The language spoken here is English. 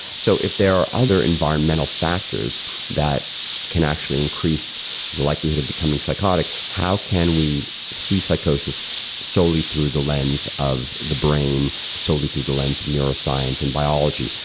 so if there are other environmental factors that can actually increase the likelihood of becoming psychotic, how can we see psychosis solely through the lens of the brain, solely through the lens of neuroscience and biology?